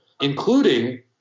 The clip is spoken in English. including